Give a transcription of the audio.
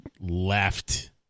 left